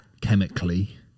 chemically